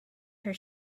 her